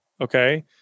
Okay